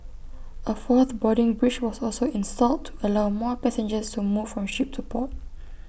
A fourth boarding bridge was also installed to allow more passengers to move from ship to port